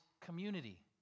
community